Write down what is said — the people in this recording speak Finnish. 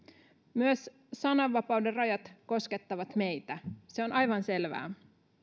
myös sananvapauden rajat koskettavat meitä se on aivan selvää